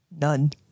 none